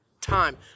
time